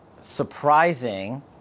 surprising